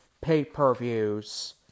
Pay-per-views